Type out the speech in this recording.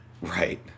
Right